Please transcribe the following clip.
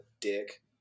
dick